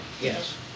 yes